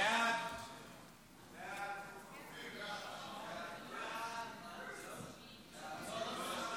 ההצעה להעביר את הצעת חוק מגבלות על חזרתו של